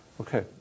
Okay